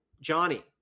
Johnny